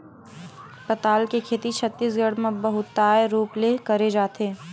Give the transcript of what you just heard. पताल के खेती छत्तीसगढ़ म बहुताय रूप ले करे जाथे